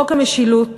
חוק המשילות